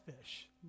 fish